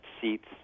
seats